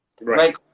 Right